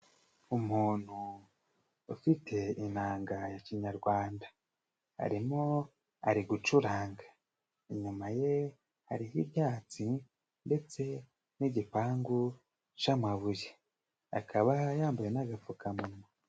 Umuntu ufite inanga ya kinyarwanda, arimo ari gucuranga, inyuma ye hariho ibyatsi ndetse n'igipangu c'amabuye, akaba yambaye n'agapfukamunywa.